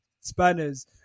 spanners